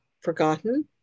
Forgotten